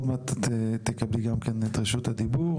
עוד מעט את תקבלי גם את רשות הדיבור,